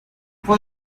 for